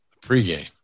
pregame